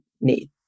need